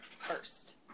first